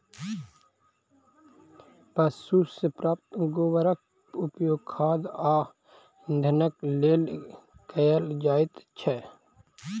पशु सॅ प्राप्त गोबरक उपयोग खाद आ इंधनक लेल कयल जाइत छै